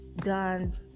done